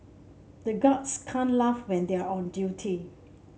the guards can't laugh when they are on duty